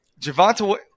Javante